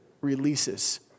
Releases